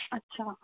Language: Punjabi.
ਅੱਛਾ